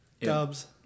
Dubs